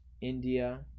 India